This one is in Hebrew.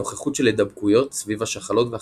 נוכחות של הידבקויות סביב השחלות והחצוצרות.